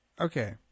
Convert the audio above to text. okay